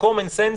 קומון סנס,